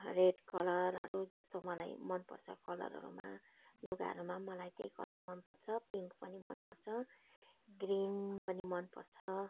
red कलरहरू जस्तो मलाई मनपर्छ कलरहरूमा लुगाहरूमा पनि मलाई त्यही कलर मन पर्छ पिङ्क पनि मन पर्छ ग्रिन पनि मन पर्छ